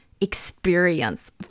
Experience